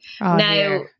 now